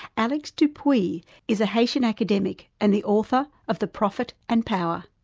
alex dupuy is a haitian academic and the author of the prophet and power.